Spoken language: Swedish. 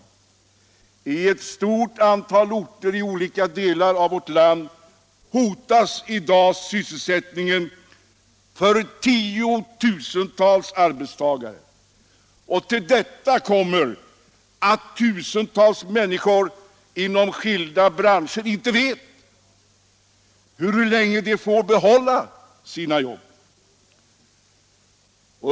På ett stort antal orter i olika delar av vårt land hotas i dag sysselsättningen för tiotusentals arbetstagare. Till detta kommer att tusentals människor inom skilda branscher inte vet hur länge de får behålla sina jobb.